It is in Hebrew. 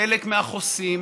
חלק מהחוסים